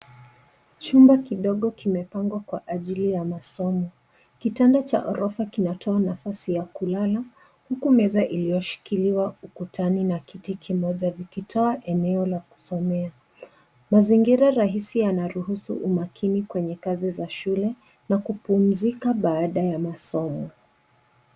Chumba kidogo kimepangwa kwa ajili ya masomo. Kitanda cha orofa kinatoa nafasi ya kulala, huku meza iliyoshikiliwa ukutani na kiti kimoja likitoa eneo la kusomea. Mazingira rahisi yanaruhusu umakini kwenye kazi za shule, na kupumzika baada ya masomo.